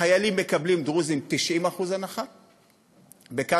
חיילים מקבלים, דרוזים, 90% הנחה בקרקע.